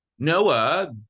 Noah